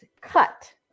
cut